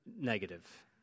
negative